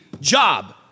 job